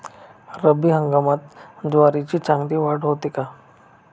रब्बी हंगामात ज्वारीची चांगली वाढ होते का?